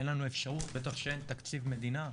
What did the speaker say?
אין לנו אפשרות ובטח שאין תקציב מדינה,